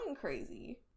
crazy